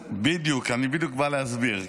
----- בדיוק, אני בדיוק בא להסביר.